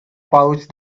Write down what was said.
pouch